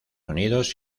unidos